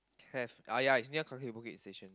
have uh ya it's near Kaki-Bukit Station